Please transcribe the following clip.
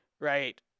right